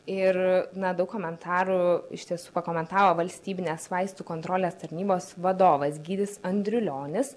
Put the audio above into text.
ir na daug komentarų iš tiesų pakomentavo valstybinės vaistų kontrolės tarnybos vadovas gytis andriulionis